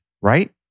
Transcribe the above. right